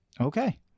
Okay